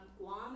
Guam